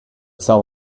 sell